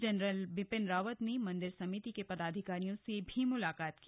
general Bipin Rawat ने मंदिर समिति के पदाधिकारियों से भी मुलाकत की